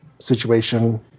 Situation